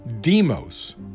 Demos